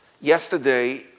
yesterday